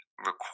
require